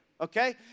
okay